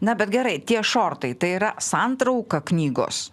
na bet gerai tie šortai tai yra santrauka knygos